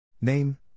Name